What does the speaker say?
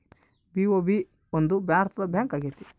BOB ಒಂದು ಭಾರತದ bank ಆಗೈತೆ